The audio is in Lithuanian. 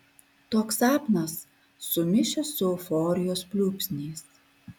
toks sapnas sumišęs su euforijos pliūpsniais